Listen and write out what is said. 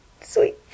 sweet